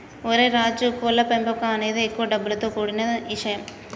ఓరై రాజు కోళ్ల పెంపకం అనేది ఎక్కువ డబ్బులతో కూడిన ఇషయం